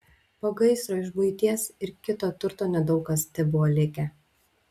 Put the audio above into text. po gaisro iš buities ir kito turto nedaug kas tebuvo likę